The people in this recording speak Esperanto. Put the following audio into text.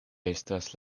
estas